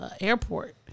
airport